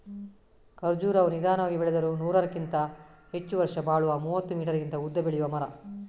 ಖರ್ಜುರವು ನಿಧಾನವಾಗಿ ಬೆಳೆದರೂ ನೂರಕ್ಕಿಂತ ಹೆಚ್ಚು ವರ್ಷ ಬಾಳುವ ಮೂವತ್ತು ಮೀಟರಿಗಿಂತ ಉದ್ದ ಬೆಳೆಯುವ ಮರ